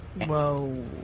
whoa